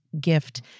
gift